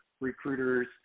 recruiters